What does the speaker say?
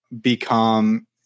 become